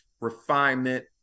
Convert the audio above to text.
refinement